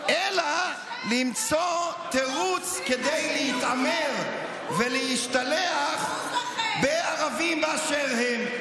אלא למצוא תירוץ כדי להתעמר ולהשתלח בערבים באשר הם.